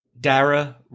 dara